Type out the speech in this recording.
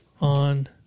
On